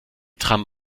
tram